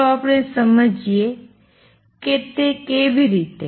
ચાલો આપણે સમજીએ તે કેવી રીતે